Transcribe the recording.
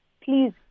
Please